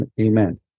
Amen